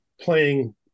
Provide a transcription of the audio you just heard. playing